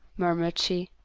murmured she.